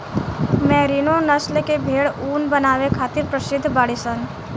merino नस्ल के भेड़ ऊन बनावे खातिर प्रसिद्ध बाड़ीसन